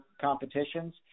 competitions